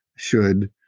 should.